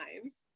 times